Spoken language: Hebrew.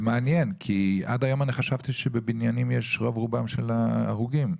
זה מעניין כי עד היום חשבתי שרוב ההרוגים הם בבניינים.